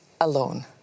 alone